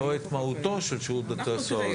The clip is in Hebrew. זה לא את מהותו של שירות בתי הסוהר,